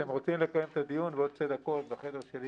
אתם רוצים לקיים את הדיון בעוד שתי דקות בחדר שלי?